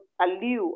Aliu